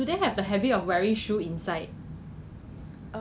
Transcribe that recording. I thought it's for N_T_U_C leh or like saying Sheng Siong